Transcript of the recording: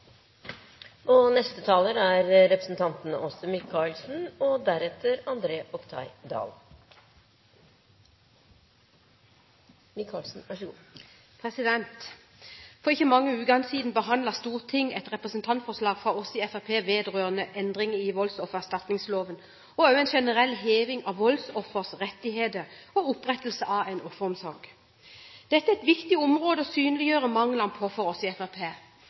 For ikke mange ukene siden behandlet Stortinget et representantforslag fra oss i Fremskrittspartiet vedrørende endring i voldsoffererstatningsloven og også en generell heving av voldsofres rettigheter og opprettelse av en offeromsorg. Dette er et viktig område å synliggjøre manglene på for oss i